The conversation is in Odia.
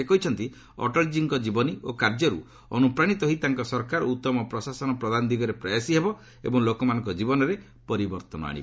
ସେ କହିଛନ୍ତି ଅଟଳଜୀଙ୍କ ଜୀବନୀ ଓ କାର୍ଯ୍ୟରୁ ଅନୁପ୍ରାଣିତ ହୋଇ ତାଙ୍କ ସରକାର ଉଉମ ପ୍ରଶାସନ ପ୍ରଦାନ ଦିଗରେ ପ୍ରୟାସୀ ହେବ ଏବଂ ଲୋକମାନଙ୍କ ଜୀବନରେ ପରିବର୍ତ୍ତନ ଆଣିବ